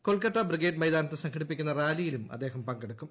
Kolkata brigade മൈതാനത്തു സംഘടിപ്പിക്കുന്ന റാലിയിലും അദ്ദേഹം പങ്കെടുക്കും